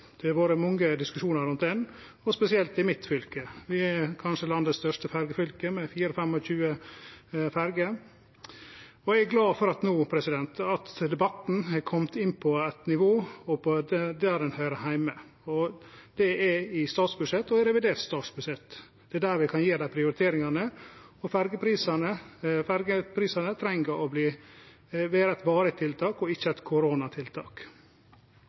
Det har vore mange diskusjonar rundt den, og spesielt i mitt fylke. Vi er kanskje landets største ferjefylke, med 24-25 ferjer. Eg er glad for at debatten no har kome inn på eit nivå der han høyrer heime – i statsbudsjettet og i revidert budsjett. Det er der vi kan gjere prioriteringane. Ferjeprisane treng å verte eit varig tiltak og ikkje eit koronatiltak.